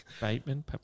Bateman